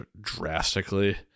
drastically